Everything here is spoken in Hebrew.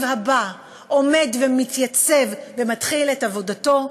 הבא עומד ומתייצב ומתחיל את עבודתו,